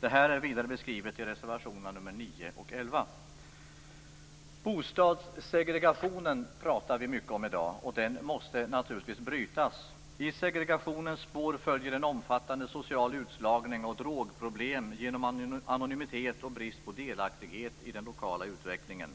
Det är vidare beskrivet i reservationerna nr Bostadssegregationen pratar vi mycket om i dag. Den måste naturligtvis brytas. I segregationens spår följer en omfattande social utslagning och drogproblem genom anonymitet och brist på delaktighet i den lokala utvecklingen.